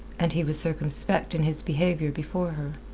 and he was circumspect in his behaviour before her.